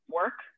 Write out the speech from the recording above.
work